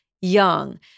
young